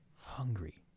hungry